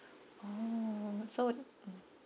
oh so